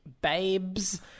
babes